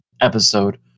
episode